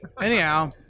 anyhow